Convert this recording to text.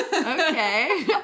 okay